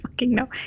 No